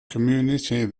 community